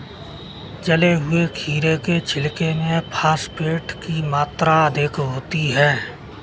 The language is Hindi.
जले हुए खीरे के छिलके में फॉस्फेट की मात्रा अधिक होती है